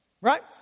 right